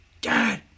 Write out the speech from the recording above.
Dad